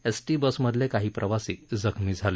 ST बसमधले काही प्रवासी जखमी झाले